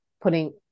putting